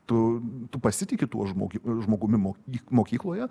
tu tu pasitiki tuo žmog žmogumi mo mokykloje